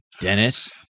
Dennis